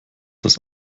das